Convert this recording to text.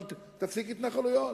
תפסיק התנחלויות.